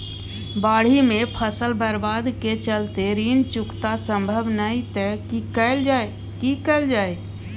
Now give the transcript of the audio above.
बाढि में फसल बर्बाद के चलते ऋण चुकता सम्भव नय त की कैल जा?